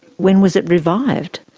when was it revived?